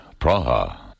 Praha